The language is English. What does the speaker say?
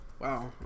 Wow